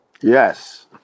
Yes